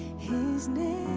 his name